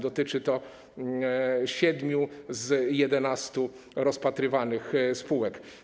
Dotyczy to siedmiu z 11 rozpatrywanych spółek.